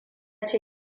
ce